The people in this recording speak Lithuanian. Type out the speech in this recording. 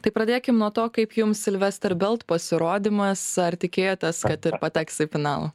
tai pradėkim nuo to kaip jums silvester belt pasirodymas ar tikėjotės kad pateks į finalą